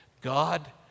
God